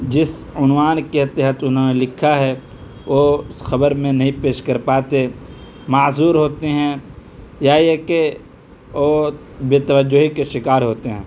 جس عنوان کے تحت انہوں نے لکھا ہے وہ خبر میں نہیں پیش کر پاتے معذور ہوتے ہیں یا یہ کہ وہ بےتوجہی کے شکار ہوتے ہیں